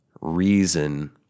reason